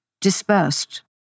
dispersed